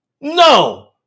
No